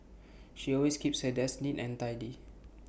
she always keeps her desk neat and tidy